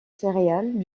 céréales